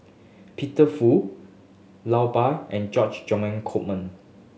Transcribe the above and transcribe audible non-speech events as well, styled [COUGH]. Peter Fu [UNINTELLIGIBLE] and George [UNINTELLIGIBLE] Coleman